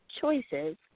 choices